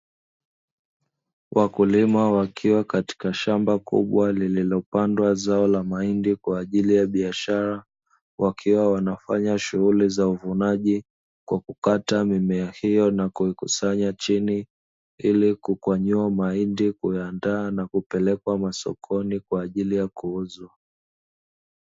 Wakulima wakiwa katika shamba kubwa lililopandwa zao la mahindi kwa ajili ya biashara, wakiwa wanafanya shughuli za uvunaji kwa kukata mimea hiyo na kuikusanya chini ili kukwanyua mahindi, kuyaandaa na kupelekwa masokoni kwa ajili ya kuuzwa.